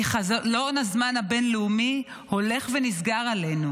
כי חלון הזמן הבין-לאומי הולך ונסגר עלינו.